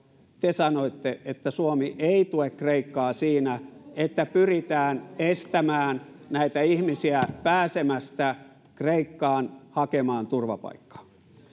te sanoitte että suomi ei tue kreikkaa siinä että pyritään estämään näitä ihmisiä pääsemästä kreikkaan hakemaan turvapaikkaa